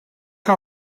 how